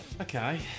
okay